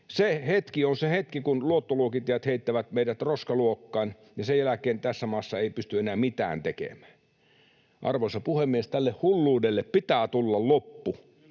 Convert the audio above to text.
Se on se hetki, kun luottoluokittajat heittävät meidät roskaluokkaan, ja sen jälkeen tässä maassa ei pysty enää mitään tekemään. Arvoisa puhemies! Tälle hulluudelle pitää tulla loppu.